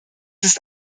ist